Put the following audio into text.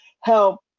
help